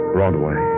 Broadway